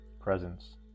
presence